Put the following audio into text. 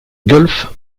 golf